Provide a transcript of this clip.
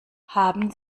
haben